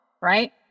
right